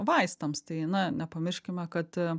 vaistams tai na nepamirškime kad